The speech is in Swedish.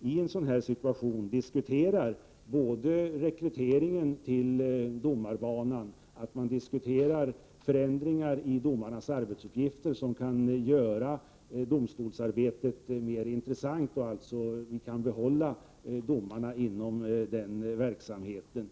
i en sådan här situation diskuterar såväl rekryteringen till domarbanan som sådana förändringar i domarnas arbetsuppgifter som kan bidra till att domstolsarbetet blir mera intressant. Det gäller ju att kunna behålla våra domare inom den här verksamheten.